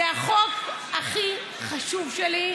זה החוק הכי חשוב שלי,